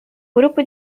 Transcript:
grupo